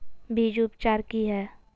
बीज उपचार कि हैय?